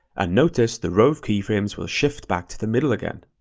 and notice the rove keyframes will shift back to the middle again.